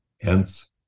Hence